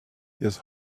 his